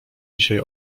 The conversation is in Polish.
dzisiaj